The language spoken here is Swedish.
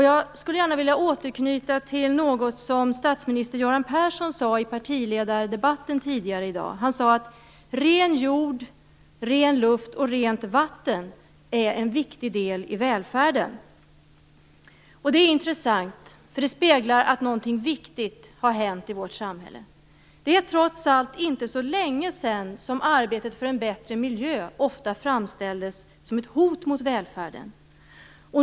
Jag skulle gärna vilja återknyta till något som statsminister Göran Persson sade i partiledardebatten tidigare i dag. Han sade att ren jord, ren luft och rent vatten är en viktig del i välfärden. Det är intressant, därför att det speglar att någonting viktigt har hänt i vårt samhälle. Det är trots allt inte så länge sedan som arbetet för en bättre miljö ofta framställdes som ett hot mot välfärden.